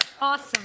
Awesome